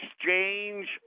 exchange